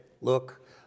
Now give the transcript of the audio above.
look